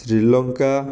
Sri Lanka